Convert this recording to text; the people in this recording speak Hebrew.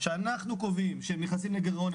שאנחנו קובעים שהם נכנסים לגירעון,